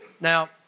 Now